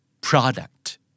product